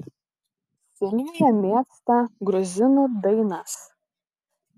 silvija mėgsta gruzinų dainas